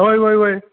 व्हय व्हय व्हय